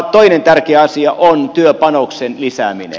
toinen tärkeä asia on työpanoksen lisääminen